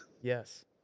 Yes